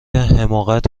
حماقت